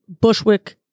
Bushwick